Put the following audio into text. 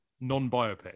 Non-biopic